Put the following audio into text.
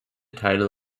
title